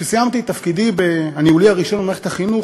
כשסיימתי את תפקידי הניהולי הראשון במערכת החינוך,